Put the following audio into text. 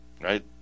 Right